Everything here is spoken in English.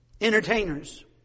Entertainers